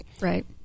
Right